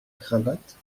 cravate